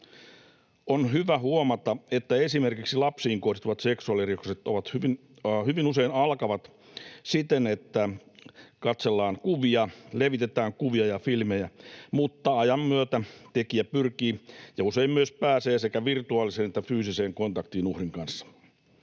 On hyvä huomata, että esimerkiksi lapsiin kohdistuvat seksuaalirikokset hyvin usein alkavat siten, että katsellaan ja levitetään kuvia ja filmejä, mutta ajan myötä tekijä pyrkii ja usein myös pääsee sekä virtuaaliseen että fyysiseen kontaktiin uhrin kanssa.